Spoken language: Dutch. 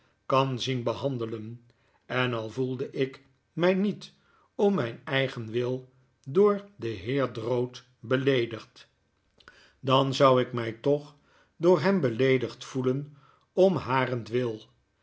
kan zien behandelen en al voelde ik mij niet om myn eigen wil door den heer drood beleedigd dan zou ik my toeh door hem beleedigd voelen om harentwil